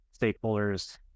stakeholders